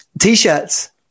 T-shirts